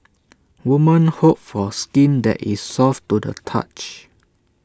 woman hope for skin that is soft to the touch